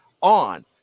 on